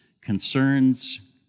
concerns